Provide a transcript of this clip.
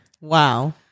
Wow